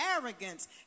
arrogance